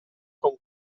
con